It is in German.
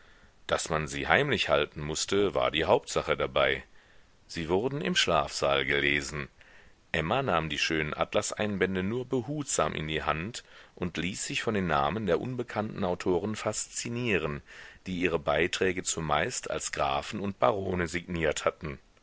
daß man sie heimlich halten mußte war die hauptsache dabei sie wurden im schlafsaal gelesen emma nahm die schönen atlaseinbände nur behutsam in die hand und ließ sich von den namen der unbekannten autoren faszinieren die ihre beiträge zumeist als grafen und barone signiert hatten